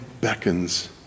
beckons